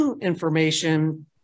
information